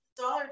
dollar